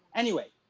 anyway,